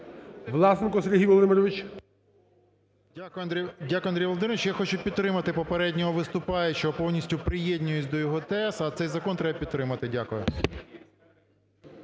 ВЛАСЕНКО С.В. Дякую, Андрій Володимирович! Я хочу підтримати попереднього виступаючого, повністю приєднуюсь до його тез, а цей закон треба підтримати. Дякую.